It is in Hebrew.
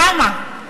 למה?